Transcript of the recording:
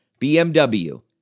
BMW